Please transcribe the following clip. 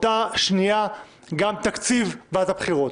שצריך להפסיק את הגבייה בתקופת הבחירות.